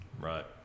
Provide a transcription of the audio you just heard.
Right